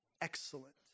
excellent